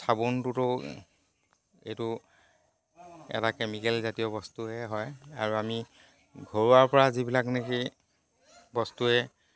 চাবোনটোতো এইটো এটা কেমিকেলজাতীয় বস্তুৱে হয় আৰু আমি পৰা যিবিলাক নেকি বস্তুৱে